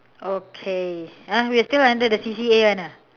okay !huh! we're still under the C_C_A one ah